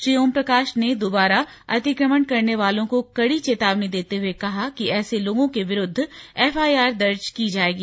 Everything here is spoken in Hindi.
श्री ओमप्रकाश ने दुबारा अतिक्रमण करने वालों को कड़ी चेतावनी देते हुए कहा कि ऐसे लोगों के विरुद्ध एफआईआर दर्ज की जाएगी